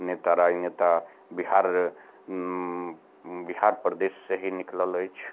नेता राज नेता बिहार बिहार प्रदेश से ही निकलल अछि